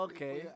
Okay